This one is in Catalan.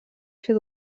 fer